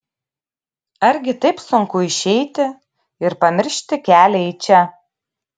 argi taip sunku išeiti ir pamiršti kelią į čia